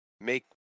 make